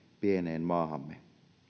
pieneen maahamme